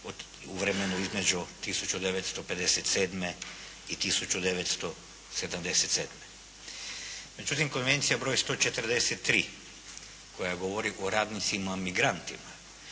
u vremenu između 1957. i 1977. Međutim, konvencija br. 143. koja govori o radnicima migrantima,